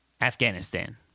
Afghanistan